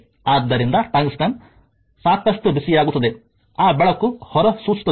ಆದ್ದರಿಂದ ಟಂಗ್ಸ್ಟನ್ ಸಾಕಷ್ಟು ಬಿಸಿಯಾಗುತ್ತದೆ ಆ ಬೆಳಕು ಹೊರಸೂಸುತ್ತದೆ